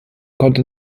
konnte